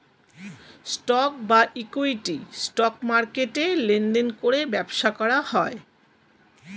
stock বা equity, stock মার্কেটে লেনদেন করে ব্যবসা করা হয়